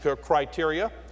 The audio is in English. criteria